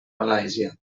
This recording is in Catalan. malàisia